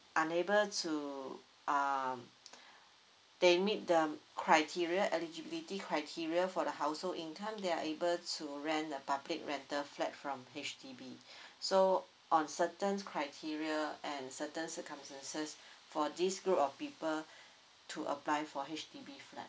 unable to uh they meet the criteria eligibility criteria for the household income they are able to rent the public rental flat from H_D_B so on certain criteria and certain circumstances for this group of people to apply for H_D_B flat